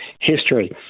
history